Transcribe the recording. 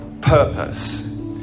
purpose